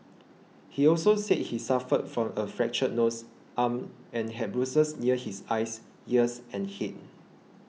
he also said he suffered from a fractured nose arm and had bruises near his eyes ears and head